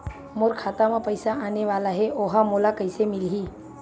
मोर खाता म पईसा आने वाला हे ओहा मोला कइसे मिलही?